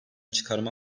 çıkarma